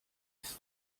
ist